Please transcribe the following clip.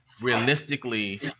realistically